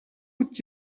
would